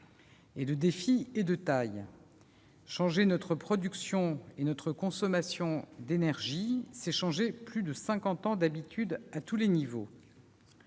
et le défi est de taille : changer notre production et notre consommation d'énergie, c'est changer plus de cinquante ans d'habitudes à tous les niveaux.